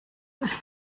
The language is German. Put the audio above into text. ist